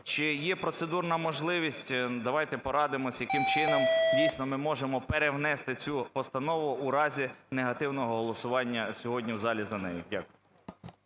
Чи є процедурна можливість, давайте порадимося, яким чином дійсно, ми можемо перевнести цю постанову у разі негативного голосування сьогодні в залі за неї. Дякую.